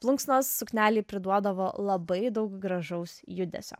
plunksnos suknelei priduodavo labai daug gražaus judesio